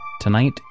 Tonight